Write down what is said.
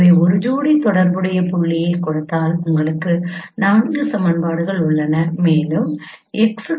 எனவே ஒரு ஜோடி தொடர்புடைய புள்ளியைக் கொடுத்தால் உங்களுக்கு 4 சமன்பாடுகள் உள்ளன மேலும் x